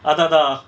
அதா அதா:athaa athaa